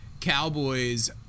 cowboys